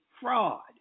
fraud